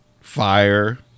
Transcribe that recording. Fire